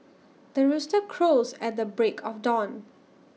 the rooster crows at the break of dawn